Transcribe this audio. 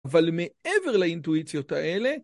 ‫אבל מעבר לאינטואיציות האלה...